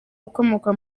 ukomoka